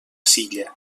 silla